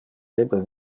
debe